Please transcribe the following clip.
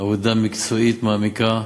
עבודה מקצועית, מעמיקה,